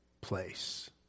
place